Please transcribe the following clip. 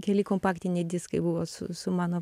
keli kompaktiniai diskai buvo subsu mano